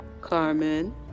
Carmen